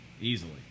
easily